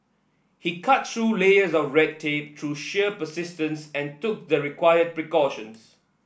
he cut through layers of red tape through sheer persistence and took the required precautions